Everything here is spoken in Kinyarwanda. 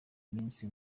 minsi